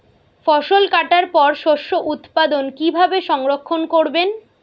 ফসল কাটার পর শস্য উৎপাদন কিভাবে সংরক্ষণ করবেন?